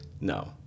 no